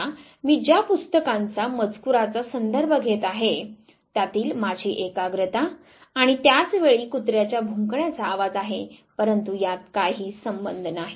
आता मी ज्या पुस्तकांचा मजकुराचा संदर्भ घेत आहे त्यातील माझी एकाग्रता आणि त्याच वेळी कुत्र्याच्या भुंकण्याचा आवाज आहे परंतु यात काही संबंध नाही